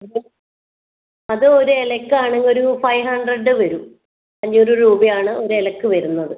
ഇത് അത് ഒര് ഇലയ്ക്ക് ആണെങ്കിൽ ഒരു ഫൈവ് ഹണ്ട്രഡ് വരും അഞ്ഞൂറ് രൂപ ആണ് ഒരു ഇലയ്ക്ക് വരുന്നത്